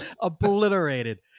obliterated